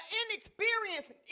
inexperienced